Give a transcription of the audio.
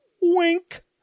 Wink